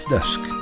Dusk